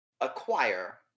acquire